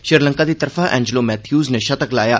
श्रीलंका दी तरफा Angelo Mathews नै षतक लाया